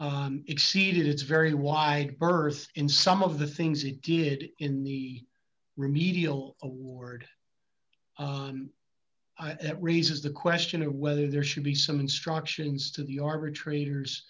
board exceeded its very wide berth in some of the things he did in the remedial award that raises the question of whether there should be some instructions to the arbitrator